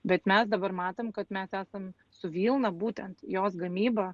bet mes dabar matom kad mes esam su vilna būtent jos gamyba